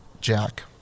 Jack